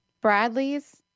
Bradley's